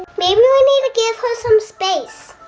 maybe we need to give her some space.